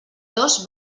dos